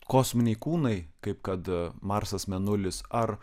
kosminiai kūnai kaip kad marsas mėnulis ar